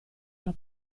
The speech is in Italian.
alla